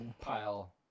pile